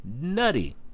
nutty